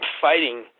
fighting